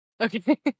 okay